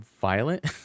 violent